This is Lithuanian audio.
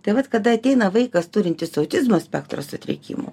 tai vat kada ateina vaikas turintis autizmo spektro sutrikimų